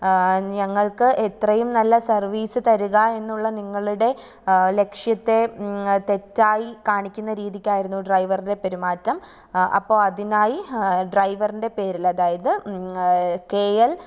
ഞങ്ങൾക്ക് എത്രയും നല്ല സർവീസ് തരിക എന്നുള്ള നിങ്ങളുടെ ലക്ഷ്യത്തെ തെറ്റായി കാണിക്കുന്ന രീതിക്കായിരുന്നു ഡ്രൈവറുടെ പെരുമാറ്റം അപ്പോൾ അതിനായി ഡ്രൈവറിൻ്റെ പേരിൽ അതായത് കെ എൽ